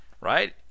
right